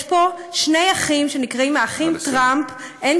יש פה שני אחים, שנקראים האחים טראמפ, נא לסיים.